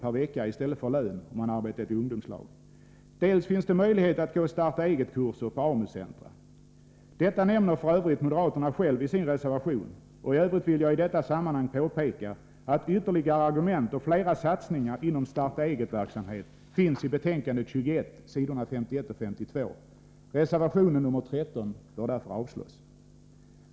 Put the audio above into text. per vecka i stället för lön, om man arbetat i ungdomslag, dels finns det möjlighet att få Starta eget-kurser på AMU-centra. Detta nämner f. ö. moderaterna själva i sin reservation. I övrigt vill jag i detta sammanhang påpeka att ytterligare argument och flera satsningar inom Starta egetverksamhet återfinns på s. 51 och 52 i betänkande 21. Reservation 13 bör därför avslås.